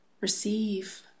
receive